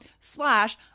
slash